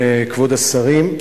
כבוד השרים,